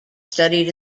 studied